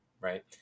Right